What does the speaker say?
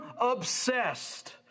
obsessed